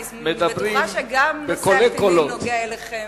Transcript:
אני בטוחה שגם נושא הקטינים נוגע לכם.